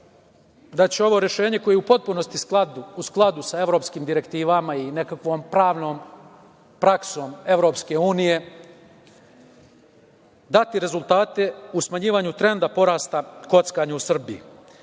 da će ovo rešenje, koje je u potpunosti u skladu sa evropskim direktivama i nekakvom pravnom praksom EU, dati rezultate u smanjivanju trenda porasta kockanja u Srbiji. Naravno